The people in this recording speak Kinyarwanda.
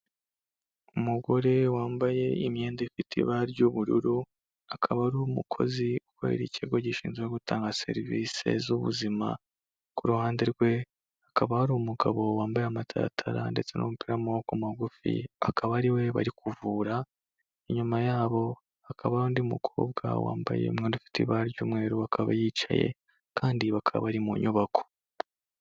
Umugore wambaye imyenda ifite ibara ry'ubururu, akaba ari umukozi ukorera ikigo gishinzwe gutanga serivisi z'ubuzima, ku ruhande rwe akaba ari umugabo wambaye amataratara ndetse n'umupira w'amaboko magufi akaba ariwe bari kuvura, inyuma yabo hakaba hari undi mukobwa wambaye umwenda ufite ibara ry'umweru, akaba yicaye kandi bakaba bari mu nyubako.